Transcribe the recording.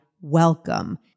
welcome